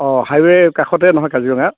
অ হাইৱেইৰ কাষতে নহয় কাজিৰঙা